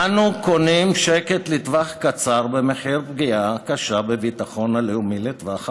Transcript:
אנו קונים שקט לטווח הקצר במחיר פגיעה הקשה בביטחון הלאומי לטווח הארוך,